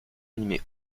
mimer